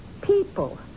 people